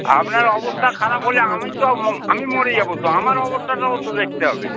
আপনার অবস্থা খারাপ হলে আমি তো আমি মরে যাব তো আমার অবস্থাটাও তো দেখতে হবে